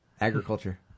Agriculture